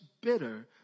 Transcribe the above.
bitter